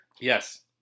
Yes